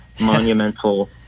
monumental